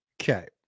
Okay